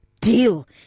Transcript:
deal